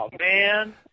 man